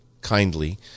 kindly